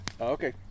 Okay